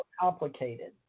complicated